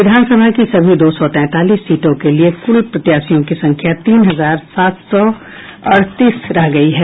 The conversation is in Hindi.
विधानसभा की सभी दो सौ तैंतालीस सीटों के लिये कुल प्रत्याशियों की संख्या तीन हजार सात सौ अड़तीस रह गयी है